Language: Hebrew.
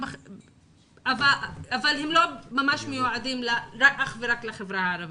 אבל הם לא מיועדים אך ורק לחברה הערבית,